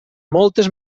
moltes